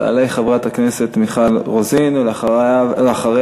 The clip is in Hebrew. תעלה חברת הכנסת מיכל רוזין, ולאחריה,